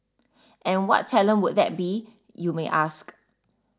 and what talent would that be you may ask